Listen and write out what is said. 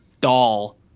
doll